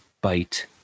Bite